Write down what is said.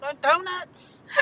donuts